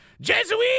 Jesuit